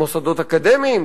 מוסדות אקדמיים,